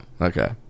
okay